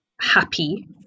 happy